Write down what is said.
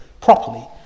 properly